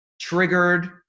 triggered